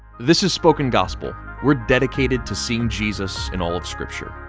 this is spoken gospel. we're dedicated to seeing jesus in all of scripture.